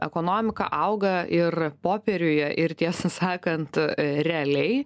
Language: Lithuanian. ekonomika auga ir popieriuje ir tiesą sakant realiai